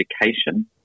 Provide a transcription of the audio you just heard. education